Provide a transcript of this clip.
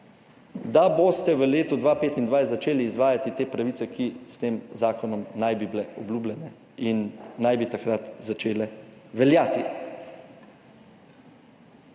da boste v letu 2025 začeli izvajati te pravice, ki s tem zakonom naj bi bile obljubljene in naj bi takrat začele veljati.